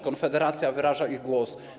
Konfederacja wyraża ich głos.